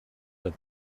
d’un